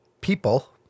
people